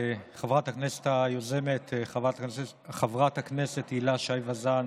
חברת הכנסת היוזמת חברת הכנסת הילה שי ואזן,